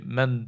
Men